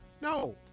No